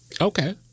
Okay